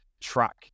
track